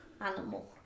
animal